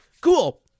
cool